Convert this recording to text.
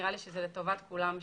נראה לי שזה לטובת כולם,